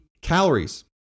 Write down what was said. calories